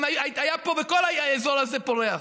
היה פה כל האזור הזה פורח.